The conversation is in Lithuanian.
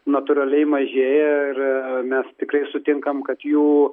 natūraliai mažėja ir mes tikrai sutinkam kad jų